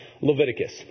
Leviticus